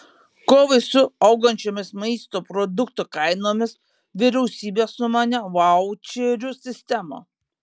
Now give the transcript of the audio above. kovai su augančiomis maisto produktų kainomis vyriausybė sumanė vaučerių sistemą